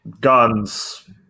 guns